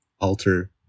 alter